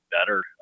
better